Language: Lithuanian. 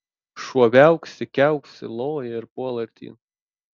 šuo viauksi kiauksi loja ir puola artyn